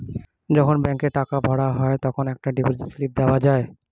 যখন ব্যাংকে টাকা ভরা হয় তখন একটা ডিপোজিট স্লিপ দেওয়া যায়